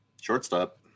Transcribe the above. Shortstop